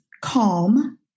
calm